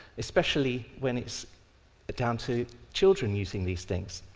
especially when it's down to children using these things.